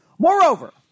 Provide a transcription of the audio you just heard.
Moreover